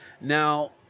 Now